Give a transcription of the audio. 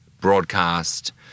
broadcast